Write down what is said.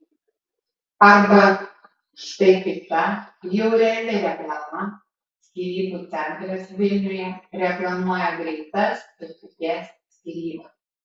arba štai kita jau reali reklama skyrybų centras vilniuje reklamuoja greitas ir pigias skyrybas